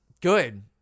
Good